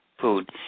food